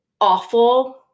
awful